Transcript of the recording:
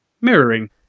mirroring